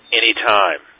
anytime